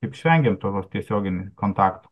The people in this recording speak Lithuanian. taip išvengiam to tiesioginį kontakt